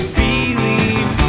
believe